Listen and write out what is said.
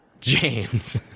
James